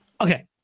okay